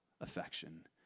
affection